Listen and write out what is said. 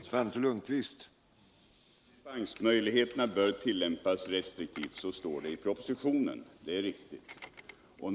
Herr talman! Dispensmöjligheterna bör tillämpas restriktivt, så står det i propositionen. Det är riktigt.